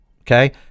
Okay